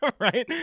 right